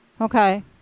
Okay